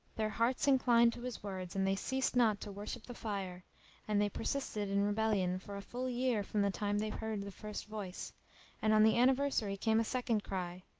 their hearts inclined to his words and they ceased not to worship the fire and they persisted in rebellion for a full year from the time they heard the first voice and on the anniversary came a second cry,